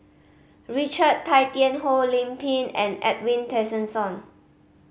Richard Tay Tian Hoe Lim Pin and Edwin Tessensohn